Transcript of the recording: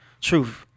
truth